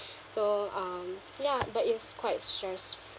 so um ya but it's quite stressful